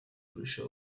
kurusha